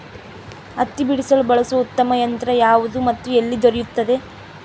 ಹತ್ತಿ ಬಿಡಿಸಲು ಬಳಸುವ ಉತ್ತಮ ಯಂತ್ರ ಯಾವುದು ಮತ್ತು ಎಲ್ಲಿ ದೊರೆಯುತ್ತದೆ?